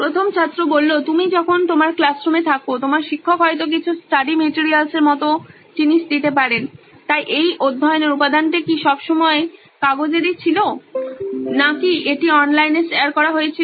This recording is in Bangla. প্রথম ছাত্র তুমি যখন তোমার ক্লাসরুমে থাকো তোমার শিক্ষক হয়তো কিছু স্টাডি মেটেরিয়ালস এবং এর মতো জিনিস দিতে পারেন তাই এই অধ্যয়নের উপাদানটি কি সবসময় কাগজের ই ছিল নাকি এটি অনলাইনে শেয়ার করা হয়েছিল